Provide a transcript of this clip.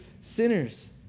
sinners